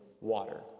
water